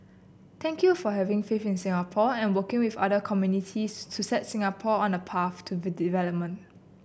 thank you for having faith in Singapore and working with other communities to set Singapore on a path to development